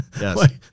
Yes